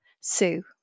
Sue